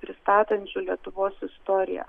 pristatančių lietuvos istoriją